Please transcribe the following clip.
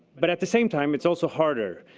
but at the same time, it's also harder.